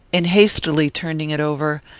in hastily turning it over,